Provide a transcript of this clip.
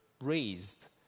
raised